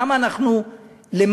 למה אנחנו למטה?